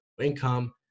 income